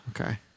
Okay